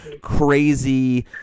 crazy